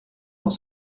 dans